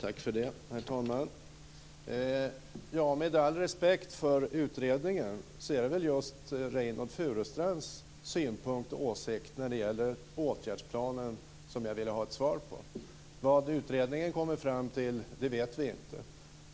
Herr talman! Med all respekt för utredningen är det väl just frågan om Reynoldh Furustrands synpunkt och åsikt när det gäller åtgärdsplanen som jag ville ha ett svar på. Vad utredningen kommer fram till vet vi inte.